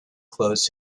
closed